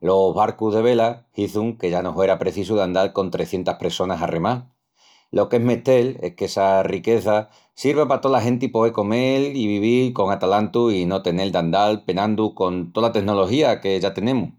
Los barcus de vela hizun que ya no huera precisu d'andal con trecientas pressonas a remal. Lo qu'es mestel es que essa riqueza sirva pa tola genti poel comel i vivil con atalantu i no tenel d'andal penandu con tola tenología que ya tenemus.